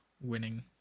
winning